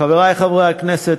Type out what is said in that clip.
חברי חברי הכנסת,